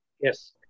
Yes